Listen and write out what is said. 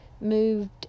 moved